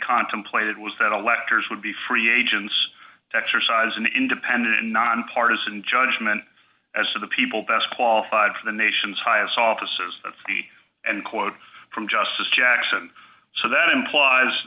contemplated was that electors would be free agents exercise an independent nonpartisan judgment as to the people best qualified for the nation's highest offices of the and quote from justice jackson so that implies